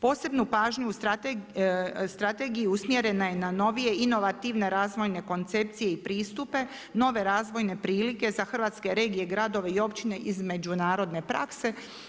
Posebnu pažnju strategije usmjerena je na novije inovativne razvojne koncepcije i pristupe, nove razvojne prilike za hrvatske regije, gradove i općine iz međunarodne prakse.